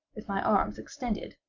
with my arms extended,